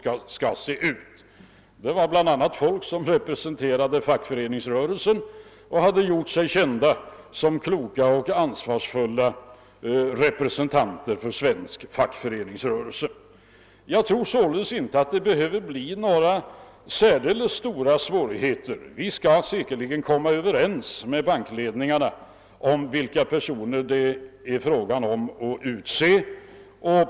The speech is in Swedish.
Bankrepresentanterna föreslog bl.a. personer som representerar fackföreningsrörelsen och som har gjort sig kända som kloka och ansvarsfulla representanter för fackföreningsrörelsen. Jag tror därför inte att det behöver bli så stora svårigheter i det fallet. Vi skall säkerligen kunna komma överens med bankledningarna om vilka personer det kan bli fråga om att utse.